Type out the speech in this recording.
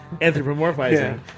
anthropomorphizing